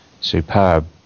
Superb